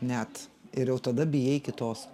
net ir jau tada bijai kitos